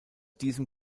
diesem